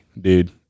dude